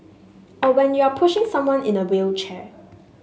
or when you're pushing someone in a wheelchair